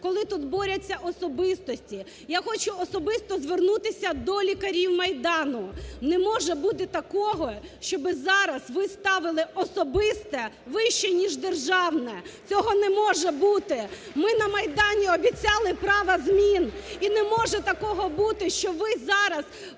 коли тут борються особистості. Я хочу особисто звернутися до лікарів Майдану. Не може бути такого, щоб зараз ви ставили особисте вище ніж державне. Цього не може бути. Ми на Майдані обіцяли права змін і не може такого бути, що ви зараз